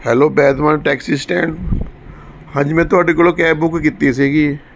hello ਵੈਦਵਾਨ taxi stand ਹਾਂਜੀ ਮੈਂ ਤੁਹਾਡੇ ਕੋਲੋਂ ਕੈਬ ਬੁੱਕ ਕੀਤੀ ਸੀ